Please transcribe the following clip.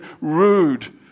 rude